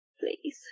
please